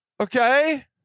Okay